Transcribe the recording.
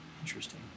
Interesting